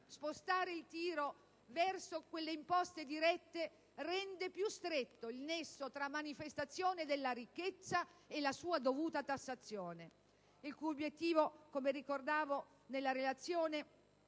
Spostare il tiro verso il prelievo sulle imposte indirette rende più stretto il nesso tra manifestazione della ricchezza e la sua dovuta tassazione. L'obiettivo, come ricordavo nella relazione